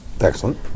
Excellent